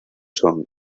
son